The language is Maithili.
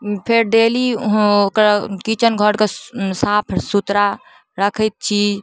फेर डेली ओकरा किचन घरके साफ सुथरा राखैत छी